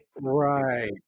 Right